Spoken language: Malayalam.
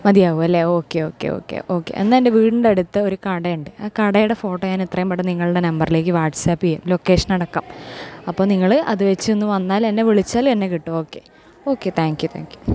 മതിയാകുമല്ലേ ഓക്കേ ഓക്കേ ഓക്കേ ഓക്കേ എന്നാൽ എൻ്റെ വീടിൻ്റെ അടുത്ത് ഒരു കട ഉണ്ട് ആ കടയുടെ ഫോട്ടോ ഞാൻ എത്രയും പെട്ടെന്ന് നിങ്ങളുടെ നമ്പറിലേക്ക് വാട്ട്സപ്പ് ചെയ്യാം ലൊക്കേഷൻ അടക്കം അപ്പം നിങ്ങൾ അത് വച്ച് ഒന്ന് വന്നാൽ എന്നെ വിളിച്ചാൽ എന്നെ കിട്ടും okay okay thank you thank U